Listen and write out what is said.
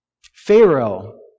Pharaoh